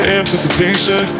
anticipation